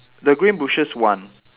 the green bushes one